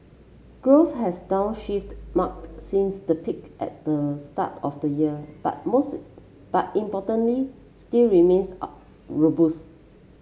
growth has downshifted mark since the peak at the start of the year but but importantly still remains robust